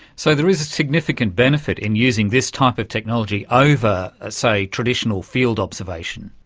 so there is significant benefit in using this type of technology over ah say, traditional field observation.